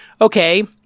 Okay